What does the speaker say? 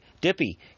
Dippy